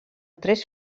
tres